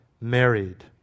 married